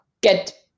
get